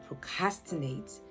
procrastinate